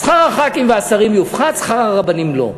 שכר חברי הכנסת והשרים יופחת, שכר הרבנים, לא.